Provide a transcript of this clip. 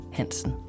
Hansen